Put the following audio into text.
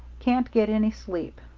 can't get any sleep.